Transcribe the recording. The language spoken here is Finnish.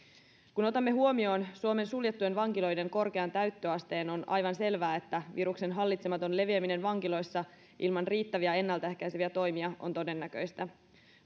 kun otamme huomioon suomen suljettujen vankiloiden korkean täyttöasteen on aivan selvää että viruksen hallitsematon leviäminen vankiloissa ilman riittäviä ennalta ehkäiseviä toimia on todennäköistä